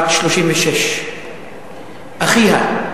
בת 36, אחיה,